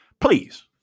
Please